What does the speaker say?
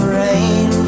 rain